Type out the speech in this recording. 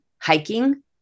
hiking